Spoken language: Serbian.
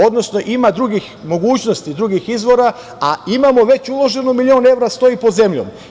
Odnosno, ima drugih mogućnosti, drugih izvora, a imamo već uloženih milion evra stoji pod zemljom.